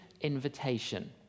invitation